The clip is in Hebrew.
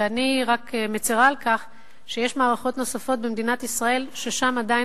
ואני רק מצרה על כך שיש במדינת ישראל מערכות אחרות ששם עדיין